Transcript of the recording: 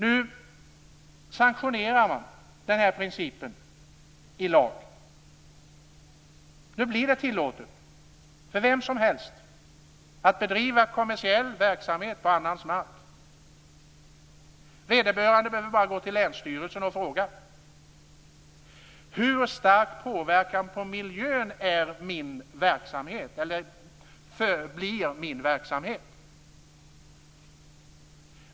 Nu sanktionerar man den nya principen i lag. Det blir då tillåtet för vem som helst att bedriva kommersiell verksamhet på annans mark. Vederbörande behöver bara gå till länsstyrelsen och fråga hur stark påverkan på miljön det blir av den aktuella verksamheten.